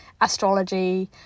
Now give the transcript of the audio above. astrology